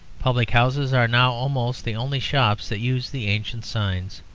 public-houses are now almost the only shops that use the ancient signs,